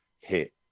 hit